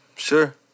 Sure